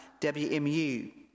WMU